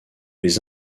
les